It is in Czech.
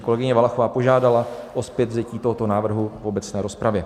Kolegyně Valachová požádala o zpětvzetí tohoto návrhu v obecné rozpravě.